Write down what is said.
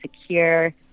secure